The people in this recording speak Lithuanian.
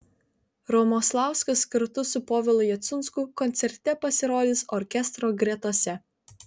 romoslauskas kartu su povilu jacunsku koncerte pasirodys orkestro gretose